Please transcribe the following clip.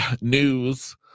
news